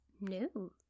No